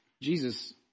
Jesus